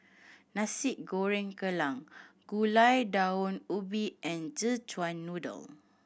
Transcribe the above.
Nasi Goreng Kerang Gulai Daun Ubi and Szechuan Noodle